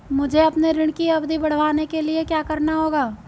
मुझे अपने ऋण की अवधि बढ़वाने के लिए क्या करना होगा?